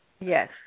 Yes